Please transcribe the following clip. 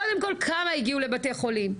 קודם כל כמה הגיעו לבתי חולים,